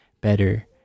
Better